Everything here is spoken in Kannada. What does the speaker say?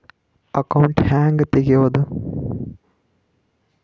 ಅಕೌಂಟ್ ಹ್ಯಾಂಗ ತೆಗ್ಯಾದು?